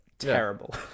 terrible